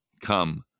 come